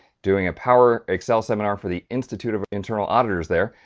doing a power excel seminar for the institute of internal auditors there.